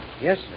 Yes